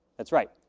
that's right.